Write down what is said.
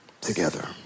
together